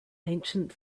ancient